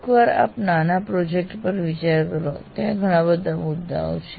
એકવાર આપ નાના પ્રોજેક્ટ પર વિચાર કરો ત્યાં ઘણા બધા મુદ્દાઓ છે